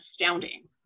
astounding